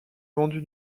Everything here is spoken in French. vendu